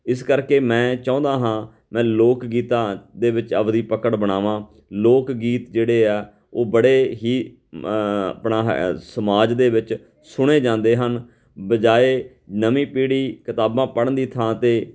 ਇਸ ਕਰਕੇ ਮੈਂ ਚਾਹੁੰਦਾ ਹਾਂ ਮੈਂ ਲੋਕ ਗੀਤਾਂ ਦੇ ਵਿੱਚ ਆਪਦੀ ਪਕੜ ਬਣਾਵਾਂ ਲੋਕ ਗੀਤ ਜਿਹੜੇ ਆ ਉਹ ਬੜੇ ਹੀ ਆਪਣਾ ਹ ਸਮਾਜ ਦੇ ਵਿੱਚ ਸੁਣੇ ਜਾਂਦੇ ਹਨ ਬਜਾਏ ਨਵੀਂ ਪੀੜ੍ਹੀ ਕਿਤਾਬਾਂ ਪੜ੍ਹਨ ਦੀ ਥਾਂ 'ਤੇ